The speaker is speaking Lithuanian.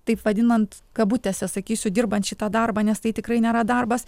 taip vadinant kabutėse sakysiu dirbant šitą darbą nes tai tikrai nėra darbas